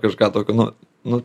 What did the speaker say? kažką tokio nu nu